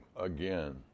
again